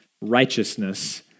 righteousness